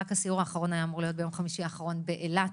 הסיור האחרון היה אמור להתקיים ביום חמישי האחרון באילת.